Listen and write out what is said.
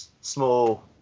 small